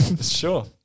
Sure